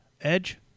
Edge